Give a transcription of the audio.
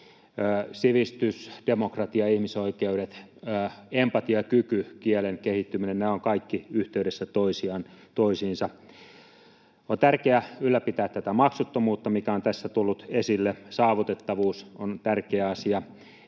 Sivistys, demokratia, ihmisoikeudet, empatiakyky, kielen kehittyminen — nämä ovat kaikki yhteydessä toisiinsa. On tärkeää ylläpitää tätä maksuttomuutta, mikä on tässä tullut esille. Saavutettavuus on tärkeä asia.